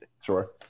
Sure